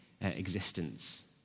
existence